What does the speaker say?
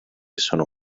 sono